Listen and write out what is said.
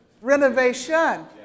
Renovation